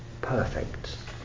perfect